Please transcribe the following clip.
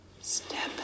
Step